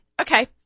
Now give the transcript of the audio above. Okay